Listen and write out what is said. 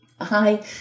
Hi